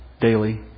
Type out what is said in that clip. daily